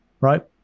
right